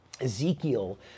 ezekiel